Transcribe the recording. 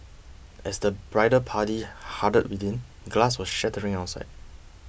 as the bridal party huddled within glass was shattering outside